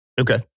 Okay